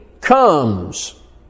comes